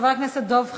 חבר הכנסת דב חנין,